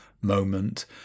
moment